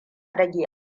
rage